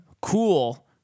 cool